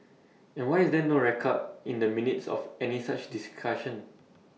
and why is there no record in the minutes of any such discussion